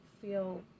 feel